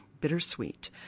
bittersweet